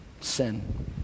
Sin